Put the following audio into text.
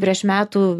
prieš metų